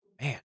Man